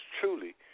truly